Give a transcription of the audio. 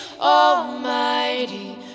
Almighty